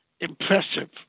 impressive